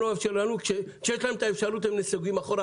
לכן מה שאני מנסה אתה לא הבנת מה שהוא אומר,